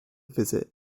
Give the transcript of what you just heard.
visit